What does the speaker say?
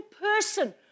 person